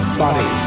body